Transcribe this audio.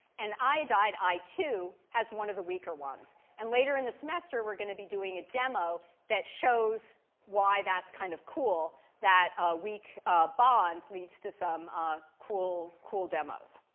and iodide, i two, has one of the weaker ones. and later in the semester, we're going to be doing a demo that shows why that's kind of cool, that weak bond leads to some ah cool, cool demos.